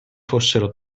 fossero